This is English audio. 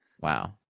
Wow